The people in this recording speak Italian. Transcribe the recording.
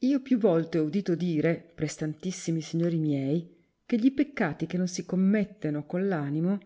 io più volte ho udito dire prestantissimi signori miei che gli peccati che non si commetteno coli animo